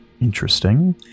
Interesting